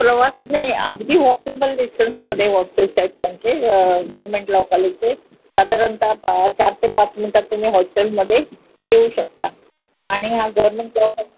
प्रवास नाही अगदी वॉकेबल डिस्टन्समध्ये होस्टेल्स आहेत त्यांचे गव्हर्मेंट लॉ कॉलेजचे साधारणतः पा चार ते पाच मिनटात तुम्ही होस्टेलमध्ये येऊ शकता आणि हा गव्हर्मेंट लॉ